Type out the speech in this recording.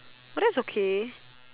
but that's okay